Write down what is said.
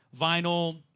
vinyl